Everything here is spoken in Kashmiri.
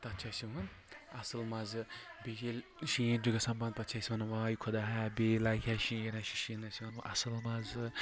تتھ چھِ اسہِ یِوان اصل مزٕ بیٚیہِ چھِ ییٚلہِ شیٖن چھُ گژھان بنٛد پتہٕ چھِ ونان واے خۄدایا بیٚیہِ لگہِ ہا شیٖن اسہِ چھُ شیٖنس یِوان اصل مزٕ